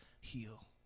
heal